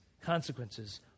consequences